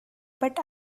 but